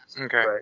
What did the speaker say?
Okay